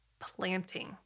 planting